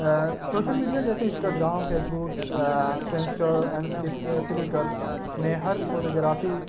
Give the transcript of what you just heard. social media جیسے Instagram Facebook Pinterest and فلف Flickr نے ہر فوٹوگرافی